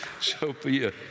Sophia